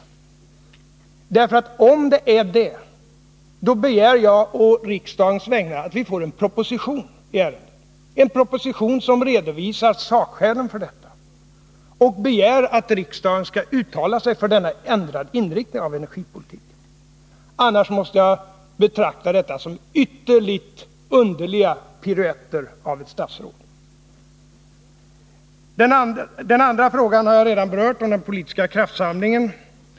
Skulle det vara ett besked från regeringen begär jag å riksdagens vägnar att vi får en proposition i ärendet, en proposition som redovisar sakskälen för detta och hemställer att riksdagen skall uttala sig för denna ändrade inriktning av energipolitiken. Annars måste jag betrakta detta som ytterligt underliga piruetter av ett statsråd. Den andra frågan, om den politiska kraftsamlingen, har jag redan 13 berört.